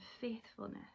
faithfulness